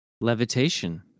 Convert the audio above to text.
Levitation